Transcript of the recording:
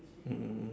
mm